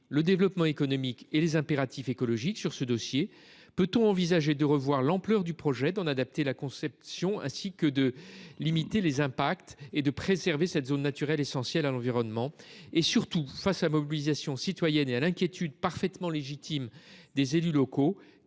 développement économique et impératifs écologiques ? Peut on envisager de revoir l’ampleur du projet, d’en adapter la conception afin de limiter ses impacts et de préserver cette zone naturelle essentielle à l’environnement ? Surtout, face aux mobilisations citoyennes et à l’inquiétude parfaitement légitime des élus locaux,